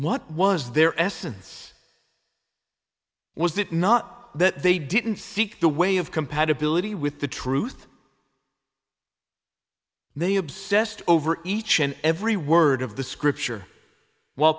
what was their essence was it not that they didn't seek the way of compatibility with the truth they obsessed over each and every word of the scripture w